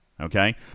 okay